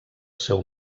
seu